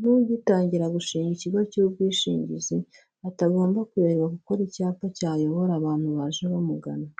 n'ugitangira gushinga ikigo cy'ubwishingizi atagomba kureka gukora icyapa cyayobora abantu baje bamugana.